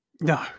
No